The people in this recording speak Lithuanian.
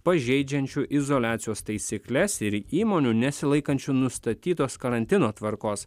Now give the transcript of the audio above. pažeidžiančių izoliacijos taisykles ir įmonių nesilaikančių nustatytos karantino tvarkos